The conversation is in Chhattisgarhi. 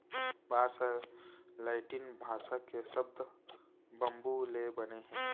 बांस ह लैटिन भासा के सब्द बंबू ले बने हे